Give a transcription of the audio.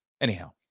Anyhow